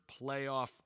playoff